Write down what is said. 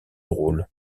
rôle